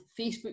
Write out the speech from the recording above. Facebook